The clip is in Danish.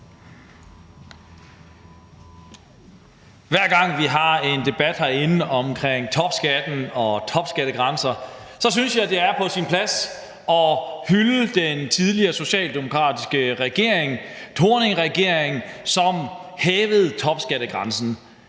Hver gang vi har en debat herinde omkring topskat og topskattegrænser, synes jeg, det er på sin plads at hylde den tidligere socialdemokratiske regering Thorningregeringen, som hævede topskattegrænsen.